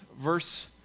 verse